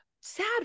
sad